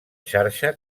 xarxa